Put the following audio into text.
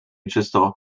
czysto